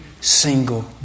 single